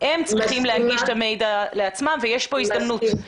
הם צריכים להגיש את המידע לעצמם וכאן יש הזדמנות.